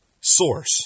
source